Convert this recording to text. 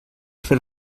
fer